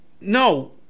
no